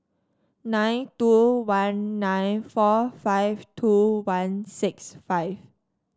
nine two one nine four five two one six five